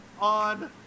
on